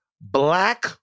Black